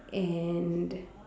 and